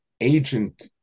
agent